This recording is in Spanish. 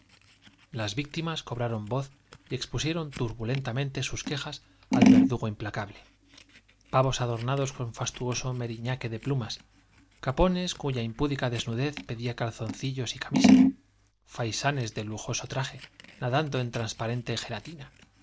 las víctimas cobraron voz y turbulentamente al verdugo expusieron sus quejas implacable pavos adornados con fastuoso meriñaque de plumas capones cuya impúdica desnudez pedía calzoncillos y camisa faisanes de lujoso traje nadando en transpa rente gelatina